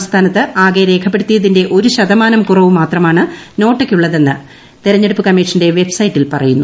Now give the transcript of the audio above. സ്സ്ഥാനത്ത് ആകെ രേഖപ്പെടുത്തിയതിന്റെ ഒരു ശതമാന്ത് കുറവ് മാത്രമാണ് നോട്ടയ്ക്കുള്ളതെന്ന് തെരഞ്ഞെടൂപ്പ് കമ്മീഷന്റെ വെബ്സൈറ്റിൽ പറയുന്നു